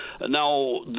Now